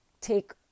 take